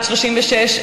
בת 36,